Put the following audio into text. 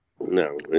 no